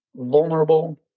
vulnerable